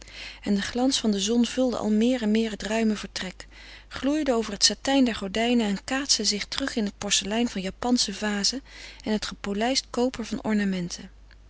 en de glans van de zon vulde al meer en meer het ruime vertrek gloeide over het satijn der gordijnen en kaatste zich terug in het porcelein van japansche vazen en het gepolijst koper van ornamenten